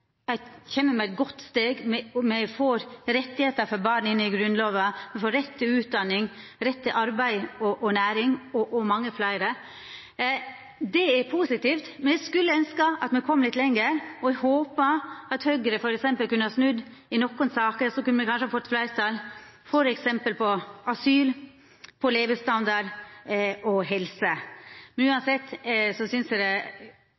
eit godt steg, me får rettar for barn inn i Grunnlova, me får rett til utdanning, rett til arbeid og næring, og mange fleire. Det er positivt, men eg skulle ønskja at me kom litt lengre. Eg hadde håpa at Høgre kunne ha snudd i nokre saker, så kunne me kanskje ha fått fleirtal, f.eks. for asyl, levestandard og helse. Men uansett synest eg me skal gleda oss over det